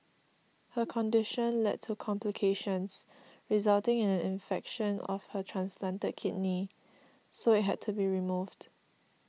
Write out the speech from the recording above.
her condition led to complications resulting in an infection of her transplanted kidney so it had to be removed